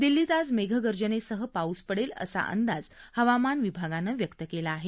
दिल्लीत आज मेघगर्जनेसह पाऊस पडेल असा अंदाज हवामान विभागानं व्यक्त केला आहे